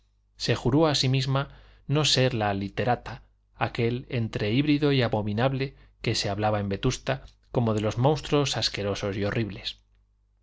se juró a sí misma no ser la literata aquel ente híbrido y abominable de que se hablaba en vetusta como de los monstruos asquerosos y horribles